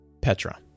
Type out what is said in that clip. Petra